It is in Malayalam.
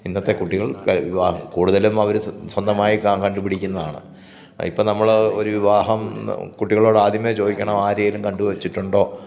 ഇന്നത്തെ കുട്ടികൾ വിവാഹം കൂടുതലും അവർ സ്വന്തമായി കണ്ടുപിടിക്കുന്നതാണ് ഇപ്പം നമ്മൾ ഒരു വിവാഹം കുട്ടികളോട് ആദ്യമേ ചോദിക്കണം ആരേലും കണ്ടുവച്ചിട്ടുണ്ടോ